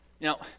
now